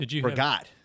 forgot